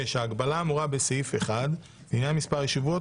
6. ההגבלה האמורה בסעיף 1 לעניין מספר הישיבות